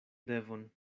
devon